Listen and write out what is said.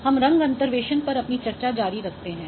हम रंग अंतर्वेशन पर अपनी चर्चा जारी रखते हैं